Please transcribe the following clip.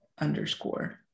underscore